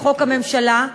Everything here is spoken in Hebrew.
לחוק-יסוד: הממשלה,